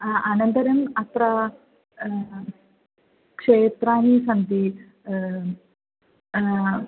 अनन्तरम् अत्र क्षेत्राणि सन्ति